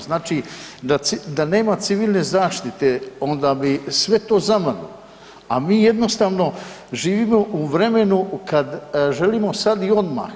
Znači, da nema civilne zaštite, onda bi sve to zamrlo a mi jednostavno živimo u vremenu kad želimo sad i odmah.